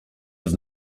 have